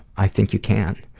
i think you can.